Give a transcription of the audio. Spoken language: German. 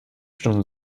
stunden